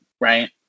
right